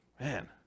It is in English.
man